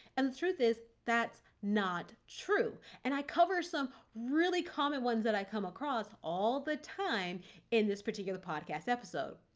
and the truth is, that's not true. and i cover some really common ones that i come across all the time in this particular podcast episode.